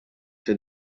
see